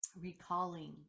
recalling